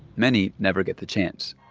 many never get the chance